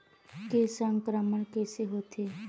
के संक्रमण कइसे होथे?